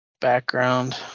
background